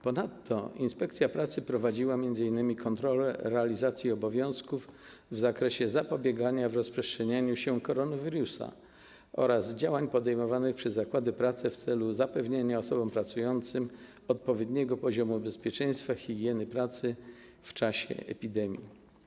Ponadto inspekcja pracy prowadziła m.in. kontrole realizacji obowiązków w zakresie zapobiegania rozprzestrzenianiu się koronawirusa oraz działań podejmowanych przez zakłady pracy w celu zapewnienia osobom pracującym odpowiedniego poziomu bezpieczeństwa i higieny pracy w czasie epidemii.